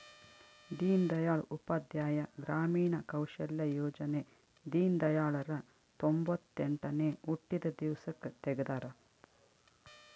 ದೀನ್ ದಯಾಳ್ ಉಪಾಧ್ಯಾಯ ಗ್ರಾಮೀಣ ಕೌಶಲ್ಯ ಯೋಜನೆ ದೀನ್ದಯಾಳ್ ರ ತೊಂಬೊತ್ತೆಂಟನೇ ಹುಟ್ಟಿದ ದಿವ್ಸಕ್ ತೆಗ್ದರ